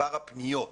הפניות,